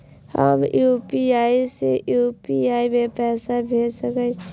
हम यू.पी.आई से यू.पी.आई में पैसा भेज सके छिये?